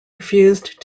refused